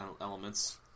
elements